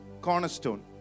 Cornerstone